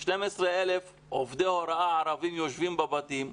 12,000 עובדי הוראה ערבים שיושבים בבתים.